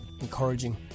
encouraging